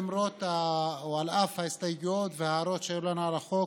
על אף ההסתייגויות וההערות שהיו לנו על החוק,